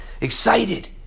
excited